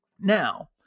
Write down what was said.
Now